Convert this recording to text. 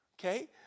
Okay